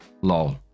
Lol